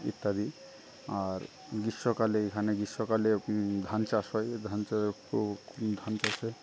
ইত্যাদি আর গ্রীষ্মকালে এখানে গ্রীষ্মকালে ধান চাষ হয় ধান চাষের ধান চাষের